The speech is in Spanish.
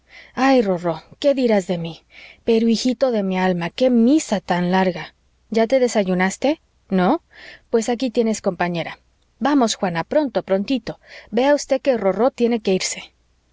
ay rorró qué dirás de mi pero hijito de mi alma qué misa tan larga ya te desayunaste no pues aquí tienes compañera vamos juana pronto prontito vea usted que rorró tiene que irse